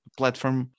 platform